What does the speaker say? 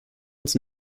uns